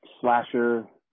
slasher